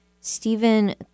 Stephen